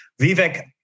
Vivek